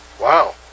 Wow